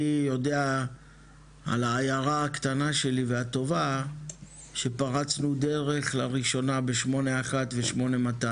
אני יודע על העיירה הקטנה שלי והטובה שפרצנו דרך לראשונה ב81 ו-8200